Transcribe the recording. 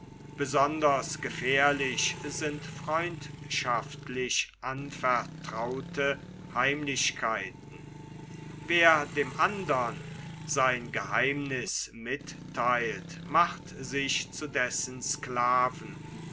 besonders gefährlich sind freundschaftlich anvertraute heimlichkeiten wer dem andern sein geheimniß mittheilt macht sich zu dessen sklaven